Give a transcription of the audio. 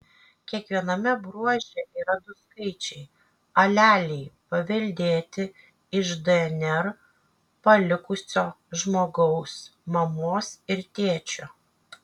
kiekviename bruože yra du skaičiai aleliai paveldėti iš dnr palikusio žmogaus mamos ir tėčio